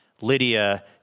Lydia